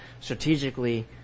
strategically